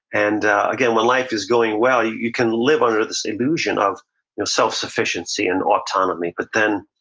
and again, while life is going well, you can live under this illusion of self-sufficiency and autonomy, but then,